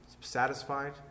satisfied